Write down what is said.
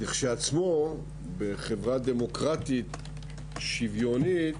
בחברה דמוקרטית שוויונית,